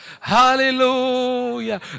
Hallelujah